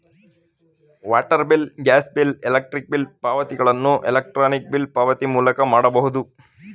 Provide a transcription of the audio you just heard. water bill, gas bill, electric bill ಪಾವತಿಗಳನ್ನು electronic bill ಪಾವತಿ ಮೂಲಕ ಮಾಡಬಹುದು